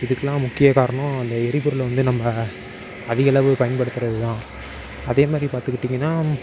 இதுக்கெலாம் முக்கிய காரணம் அந்த எரிபொருளை வந்து நம்ம அதிகளவு பயன்படுத்துவது தான் அதேமாதிரி பார்த்துக்கிட்டீங்கன்னா